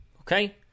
Okay